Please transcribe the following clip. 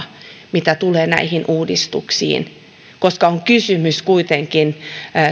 mitä tulee näihin uudistuksiin on kysymys kuitenkin